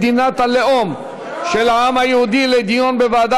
מדינת הלאום של העם היהודי לדיון בוועדה